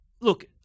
Look